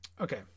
Okay